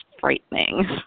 frightening